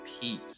peace